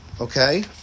okay